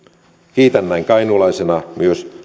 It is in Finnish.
kiitän näin kainuulaisena myös